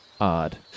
odd